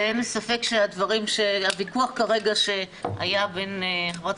ואין לי ספק שהוויכוח כרגע שהיה בין ח"כ